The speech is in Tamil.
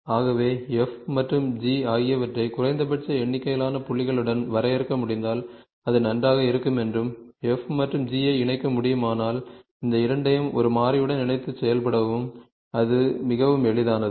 ஆகவே f மற்றும் g ஆகியவற்றை குறைந்தபட்ச எண்ணிக்கையிலான புள்ளிகளுடன் வரையறுக்க முடிந்தால் அது நன்றாக இருக்கும் என்றும் f மற்றும் g ஐ இணைக்க முடியுமானால் இந்த இரண்டையும் ஒரு மாறியுடன் இணைத்து செயல்படவும் அது மிகவும் எளிதானது